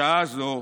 בשעה זו